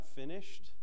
finished